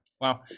Wow